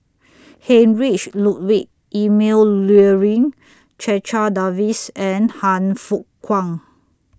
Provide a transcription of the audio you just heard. Heinrich Ludwig Emil Luering Checha Davies and Han Fook Kwang